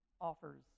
offers